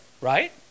right